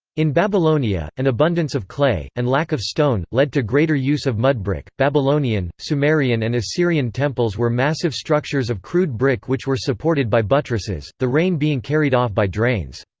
in babylonia, an abundance of clay, and lack of stone, led to greater use of mudbrick babylonian, sumerian and assyrian temples were massive structures of crude brick which were supported by buttresses, the rain being carried off by drains.